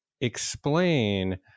explain